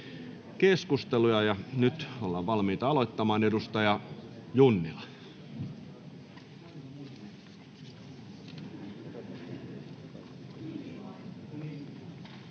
Content: Nyt ollaan valmiita aloittamaan. — Edustaja Junnila.